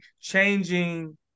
changing